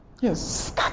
Yes